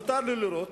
מותר לו לירות,